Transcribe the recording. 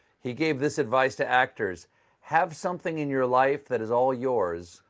he gave this advice to actors have something in your life that is all yours,